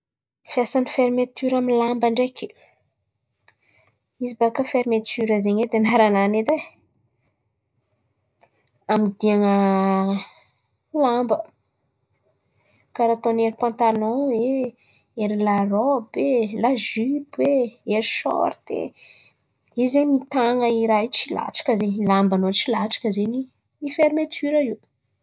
Fiasan̈y fermetiora amy ny lamba ndraiky, izy baka fermetiora zen̈y anaran̈any edy ai. Amodiana lamba, karà atao ery pantalan e, ery larôby e, lajiope e, ery short e, izy zen̈y mitana i raha io tsy latsaka zen̈y, lamban̈ao io tsy latsaka zen̈y fermetiora io.